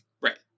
Right